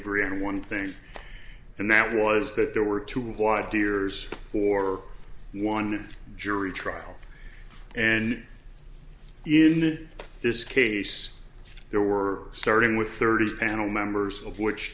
agree on one thing and that was that there were two white dears for one jury trial and in this case there were starting with thirty's panel members of which